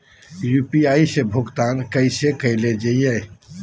UPI से भुगतान कैसे कैल जहै?